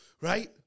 Right